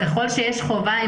ככל שיש חובה,